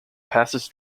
passes